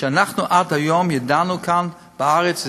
ואנחנו עד היום ידענו כאן בארץ,